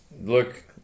look